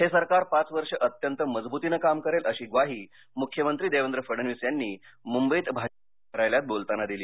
हे सरकार पाच वर्ष अत्यंत मजबुतीनं काम करेल अशी ग्वाही मुख्यमंत्री देवेंद्र फडणवीस यांनी मुंबईत भाजपाच्या कार्यालयात बोलताना दिली